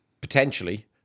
Potentially